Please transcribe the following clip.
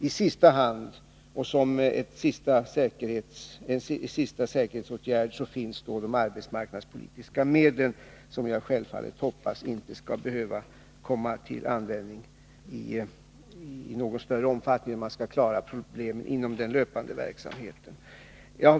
I sista hand, som en sista säkerhetsåtgärd finns de arbetsmarknadspolitiska medlen. Jag hoppas självfallet att de inte skall behöva komma till användning i någon större omfattning, utan att problemen kan klaras inom den löpande verksamheten.